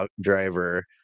driver